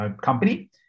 company